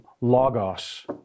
logos